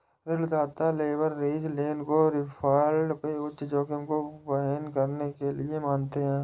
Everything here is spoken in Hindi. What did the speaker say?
ऋणदाता लीवरेज लोन को डिफ़ॉल्ट के उच्च जोखिम को वहन करने के लिए मानते हैं